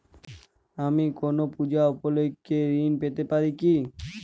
আমি কোনো পূজা উপলক্ষ্যে ঋন পেতে পারি কি?